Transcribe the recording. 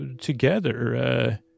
together